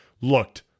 looked